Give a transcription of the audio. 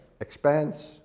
expands